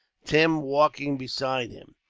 tim walking beside him,